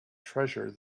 treasure